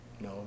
No